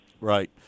Right